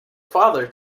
father